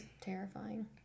terrifying